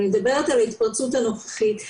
אני מדברת על ההתפרצות הנוכחית,